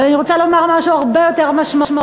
אבל אני רוצה להגיד משהו הרבה יותר משמעותי.